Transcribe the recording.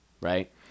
Right